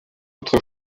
autre